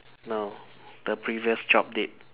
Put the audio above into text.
no the previous job did